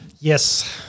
Yes